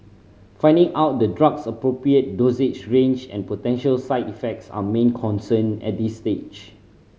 finding out the drug's appropriate dosage range and potential side effects are main concern at this stage